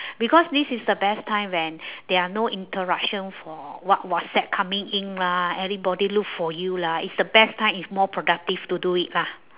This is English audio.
because this is the best time when there are no interruptions for what~ whatsapp coming in lah everybody look for you lah it's the best time it's more productive to do it lah